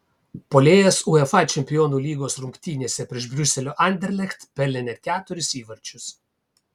puolėjas uefa čempionų lygos rungtynėse prieš briuselio anderlecht pelnė net keturis įvarčius